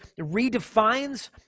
redefines